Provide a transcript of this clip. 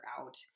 out